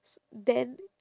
then